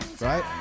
Right